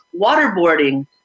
waterboarding